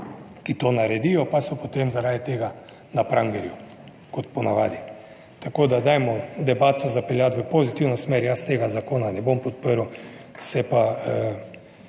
ki to naredijo, pa so potem zaradi tega na prangerju, kot po navadi. Tako, da dajmo debato zapeljati v pozitivno smer. Jaz tega zakona ne bom podprl. Se pa